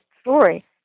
story